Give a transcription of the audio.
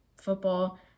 football